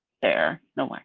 there no way.